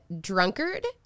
drunkard